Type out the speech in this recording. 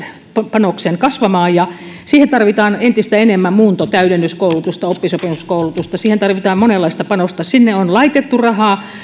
panoksen kasvamaan siihen tarvitaan entistä enemmän muunto ja täydennyskoulutusta oppisopimuskoulutusta siihen tarvitaan monenlaista panosta sinne on laitettu rahaa